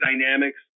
dynamics